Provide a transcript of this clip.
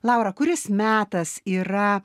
laura kuris metas yra